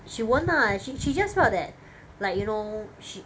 she won't lah she she just felt that like you know she